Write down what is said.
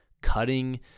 cutting